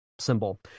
Symbol